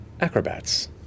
acrobats